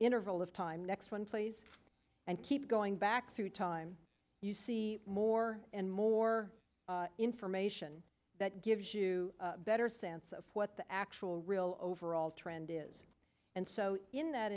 interval of time next one please and keep going back through time you see more and more information that gives you a better sense of what the actual real overall trend is and so that